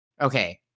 okay